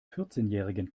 vierzehnjährigen